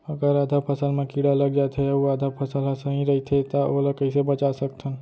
अगर आधा फसल म कीड़ा लग जाथे अऊ आधा फसल ह सही रइथे त ओला कइसे बचा सकथन?